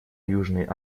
южной